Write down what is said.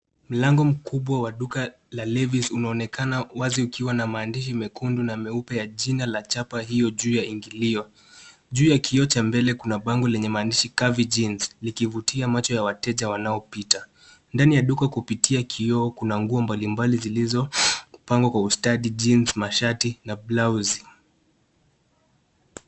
Mlango mkubwa wa duka la Levis unaonekana wazi ukiwa na maandishi mekundu na meupe ya jina la chapa hiyo juu ya ingilio. Juu ya kioo cha mbele kuna bango lenye maandishi curvy jeans likivutia macho ya wateja wanaopita. Ndani ya duka kupitia kioo kuna nguo mbalimbali zilizo pangwa kwa ustadi jeans , mashati na blauzi.